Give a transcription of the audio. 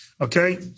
okay